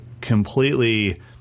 completely